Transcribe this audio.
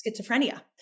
schizophrenia